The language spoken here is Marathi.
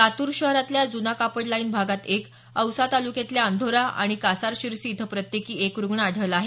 लातूर शहरातल्या जुना कापड लाईन भागात एक औसा तालुक्यातल्या अंधोरा आणि कासारशिरसी इथं प्रत्येकी एक रुग्ण आढळला आहे